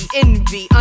envy